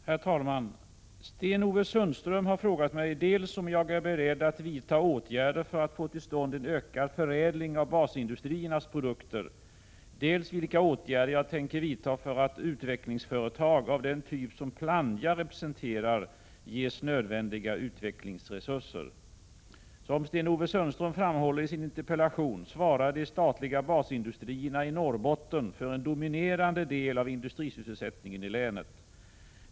Herr talman! Sten-Ove Sundström har frågat mig dels om jag är beredd att vidta åtgärder för att få till stånd en ökad förädling av basindustriernas produkter, dels vilka åtgärder jag tänker vidta för att utvecklingsföretag av den typ som Plannja representerar ges nödvändiga utvecklingsresurser. Som Sten-Ove Sundström framhåller i sin interpellation svarar de statliga basindustrierna i Norrbotten för en dominerande del av industrisysselsättningen i länet.